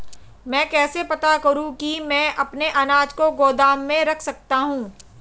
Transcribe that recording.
मैं कैसे पता करूँ कि मैं अपने अनाज को गोदाम में रख सकता हूँ?